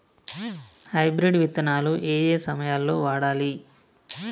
Hybrid విత్తనాలు ఏయే సమయాల్లో వాడాలి?